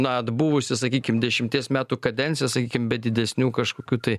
na atbuvusi sakykim dešimties metų kadenciją sakykim be didesnių kažkokių tai